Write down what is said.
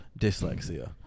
Dyslexia